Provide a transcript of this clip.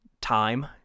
time